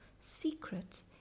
secret